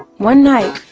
one night,